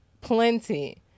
plenty